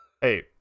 hey